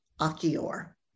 Achior